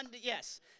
yes